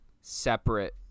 separate